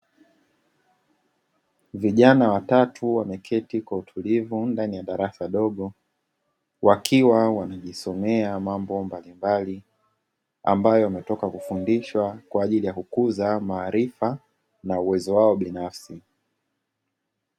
Vijana watatu wameketi kwa utulivu ndani ya darasa dogo, wakiwa wanajisomea mambo mbalimbali, ambayo yametoka kufundishwa kwa ajili ya kukuza maarifa na uwezo wao binafsi.